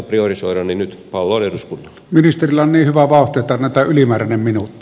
ministerillä on niin hyvä vauhti että annetaan ylimääräinen minuutti